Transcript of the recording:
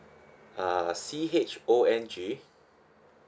uh C H O N G